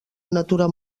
natura